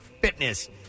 Fitness